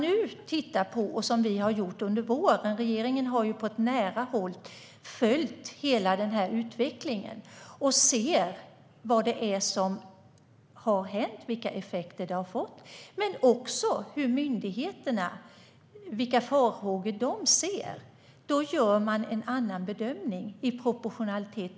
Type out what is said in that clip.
Nu tittar man på detta, som vi har gjort under våren. Regeringen har på nära håll följt hela utvecklingen. Man ser vad som har hänt och vilka effekter det har fått, liksom vilka farhågor myndigheterna har, och då gör man en annan bedömning i proportionalitet.